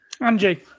Angie